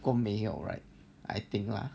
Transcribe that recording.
过没有 right I think lah